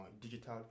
digital